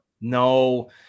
No